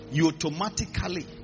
automatically